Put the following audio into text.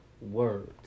words